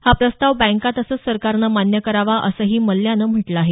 हा प्रस्ताव बँका तसंच सरकारने मान्य करावा असंही मल्ल्याने म्हटलं आहे